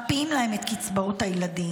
מקפיאים להם את קצבאות הילדים,